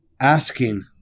asking